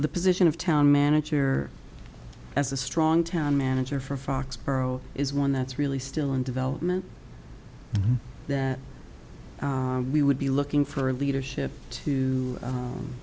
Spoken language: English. the position of town manager as a strong town manager for foxboro is one that's really still in development that we would be looking for a leadership to